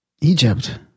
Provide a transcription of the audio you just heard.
Egypt